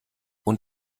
und